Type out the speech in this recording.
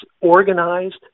organized